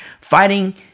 fighting